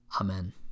Amen